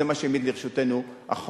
זה מה שהעמיד לרשותנו החוק,